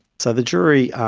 so the jury,